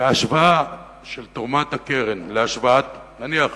בהשוואה של תרומת הקרן לתרומת, נניח